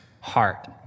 heart